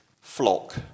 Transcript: flock